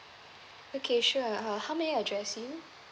okay sure uh how may I address you